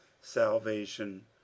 salvation